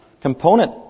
component